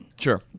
Sure